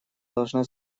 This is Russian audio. должна